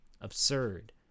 absurd